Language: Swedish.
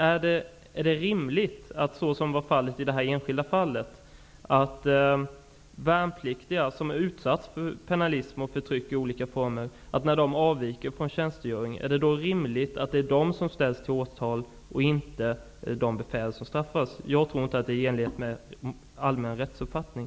Är det rimligt att, som i det här enskilda fallet, värnpliktiga som utsatts för pennalism och förtryck i olika former och som avviker från tjänstgöring åtalas och inte de befäl som utfört detta? Jag tror inte att det är i enlighet med allmän rättsuppfattning.